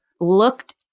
looked